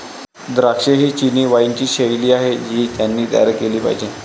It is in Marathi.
द्राक्षे ही चिनी वाइनची शैली आहे जी त्यांनी तयार केली पाहिजे